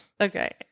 Okay